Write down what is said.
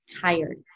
tired